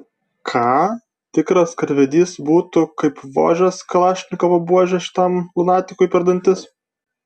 ką tikras karvedys būtų kaip vožęs kalašnikovo buože šitam lunatikui per dantis